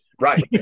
right